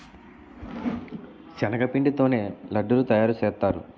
శనగపిండి తోనే లడ్డూలు తయారుసేత్తారు